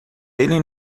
ele